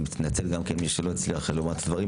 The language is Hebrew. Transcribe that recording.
אני מתנצל גם כן, מי שלא הצליח לומר את הדברים.